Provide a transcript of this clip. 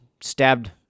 stabbed